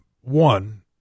one